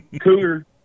cooler